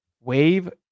Wave